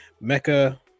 Mecca